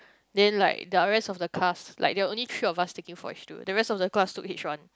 then like the rest of the class like there are only three of us taking four H-two the rest of the class took H-one